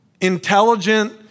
intelligent